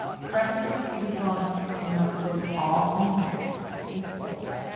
press into the pubic bone and let's grow tall from here. sphinx pose.